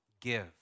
give